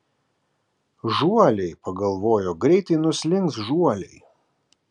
žuoliai pagalvojo greitai nuslinks žuoliai